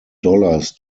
dollars